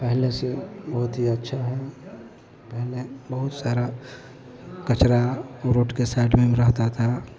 पहले से बहुत ही अच्छा है पहले बहुत सारा कचरा रोड के साइड में भी रहता था